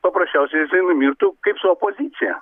paprasčiausiai jisai numirtų kaip su opozicija